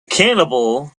cannibal